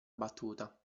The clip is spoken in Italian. battuta